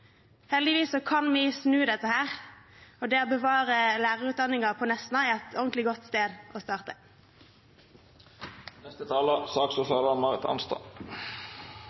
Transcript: kan vi snu dette, og det å bevare lærerutdanningen på Nesna er et ordentlig godt sted å